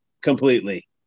completely